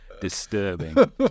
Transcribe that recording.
disturbing